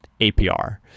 APR